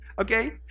okay